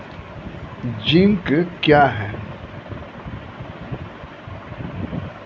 Zinc क्या हैं?